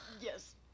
Yes